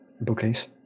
bookcase